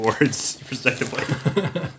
respectively